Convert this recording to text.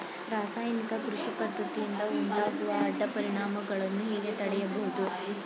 ರಾಸಾಯನಿಕ ಕೃಷಿ ಪದ್ದತಿಯಿಂದ ಉಂಟಾಗುವ ಅಡ್ಡ ಪರಿಣಾಮಗಳನ್ನು ಹೇಗೆ ತಡೆಯಬಹುದು?